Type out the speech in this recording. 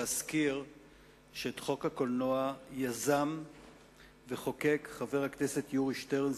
להזכיר שאת חוק הקולנוע יזם וחוקק חבר הכנסת יורי שטרן,